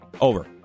Over